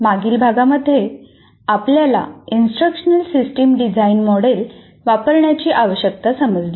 मागील भागामध्ये आपल्याला इन्स्ट्रक्शनल सिस्टम डिझाइन मॉडेल वापरण्याची आवश्यकता समजली